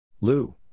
Lou